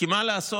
כי מה לעשות,